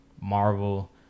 Marvel